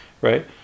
right